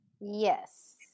yes